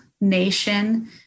nation